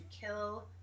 kill